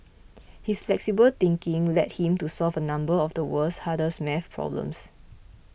his flexible thinking led him to solve a number of the world's hardest math problems